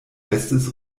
bestes